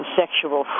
sexual